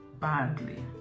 badly